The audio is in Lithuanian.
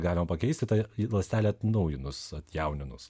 galima pakeisti tą ląstelę atnaujinus atjauninus